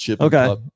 Okay